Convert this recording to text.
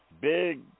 big